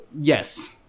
Yes